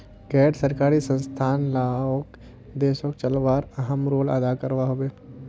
गैर सरकारी संस्थान लाओक देशोक चलवात अहम् रोले अदा करवा होबे